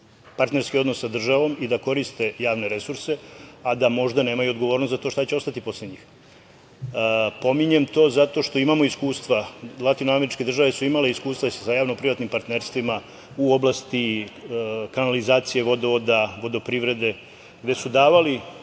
partnerski odnos sa državom i da koriste javne resurse, a da možda nemaju odgovornost za to šta će ostati posle njih. Pominjem to zato što imamo iskustva. Latino-američke države su imale iskustva i sa javno-privatnim partnerstvima u oblasti kanalizacije, vodovoda, vodoprivrede, gde su davali